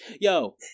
Yo